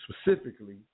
specifically